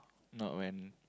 not when